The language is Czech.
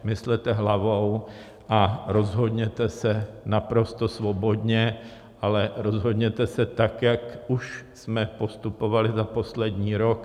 Myslete hlavou a rozhodněte se naprosto svobodně, ale rozhodněte se tak, jak už jsme postupovali za poslední rok.